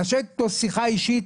לשבת איתו לשיחה אישית.